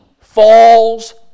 falls